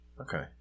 Okay